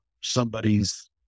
somebody's